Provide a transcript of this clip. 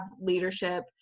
leadership